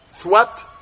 Swept